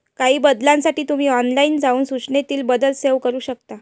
काही बदलांसाठी तुम्ही ऑनलाइन जाऊन सूचनेतील बदल सेव्ह करू शकता